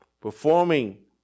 Performing